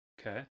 Okay